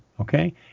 okay